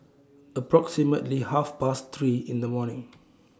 approximately Half Past three in The morning